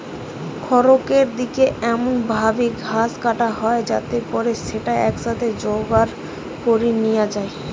খড়রেক দিকি এমন ভাবি ঘাস কাটা হয় যাতে পরে স্যাটা একসাথে জোগাড় করি নিয়া যায়